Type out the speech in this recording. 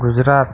Gujarat